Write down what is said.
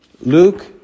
Luke